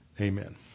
Amen